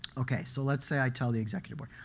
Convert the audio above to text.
ok, so let's say i tell the executive but